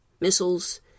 missiles